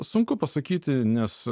sunku pasakyti nes